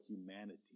humanity